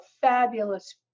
fabulous